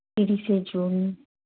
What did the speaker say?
ᱛᱤᱨᱤᱥᱮ ᱡᱩᱱ